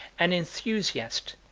an enthusiast,